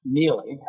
nearly